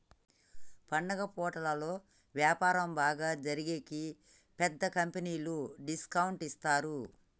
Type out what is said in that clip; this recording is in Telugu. పండుగ పూటలలో వ్యాపారం బాగా జరిగేకి పెద్ద కంపెనీలు డిస్కౌంట్ ఇత్తారు